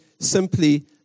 simply